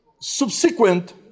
subsequent